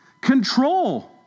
Control